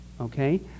okay